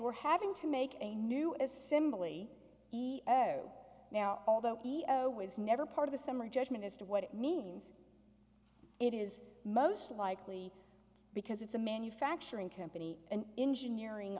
were having to make a new assembly he now although he was never part of the summary judgment as to what it means it is most likely because it's a manufacturing company and engineering